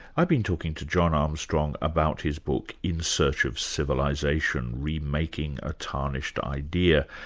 i've been talking to john armstrong about his book in search of civilisation remaking a tarnished idea.